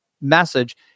message